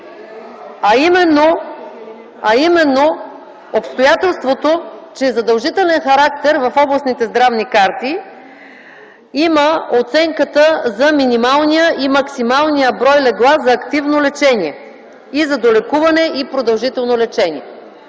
А именно обстоятелството, че задължителен характер в областните здравни карти има оценката за минималния и максималния брой легла за активно лечение и за долекуване и продължително лечение,